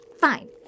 Fine